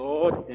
Lord